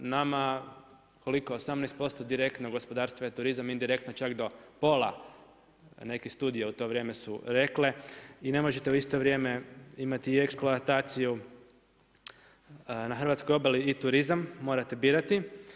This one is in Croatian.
Nama, koliko, 18% direktno gospodarstva je turizam, indirektno čak do pola neke studije u to vrijeme su rekle i ne možete u isto vrijeme imati eksploataciju na hrvatskoj obali i turizam, morate birati.